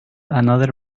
another